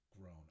grown